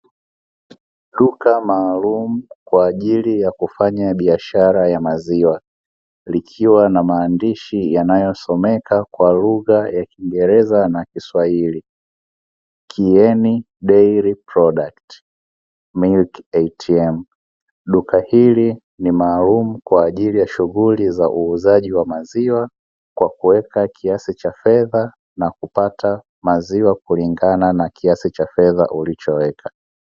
Duka maalumu kwa ajili ya kufanya biashara ya maziwa, likiwa na maandishi yanayosomeka kwa lugha ya Kiingereza na Kiswahili "Kiyeni Dairy Product Milk ATM"; duka hili ni maalumu kwa ajili ya shughuli za uuzaji wa maziwa, kwa kuweka kiasi cha fedha na kupata maziwa kulingana na kiasi cha fedha ulichoweka.